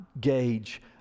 gauge